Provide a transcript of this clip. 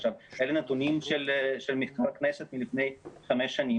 עכשיו אלה נתונים של מחקר הכנסת לפני חמש שנים